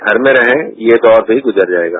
घर में रहें ये दौर भी गुजर जायेगा